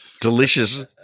delicious